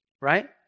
right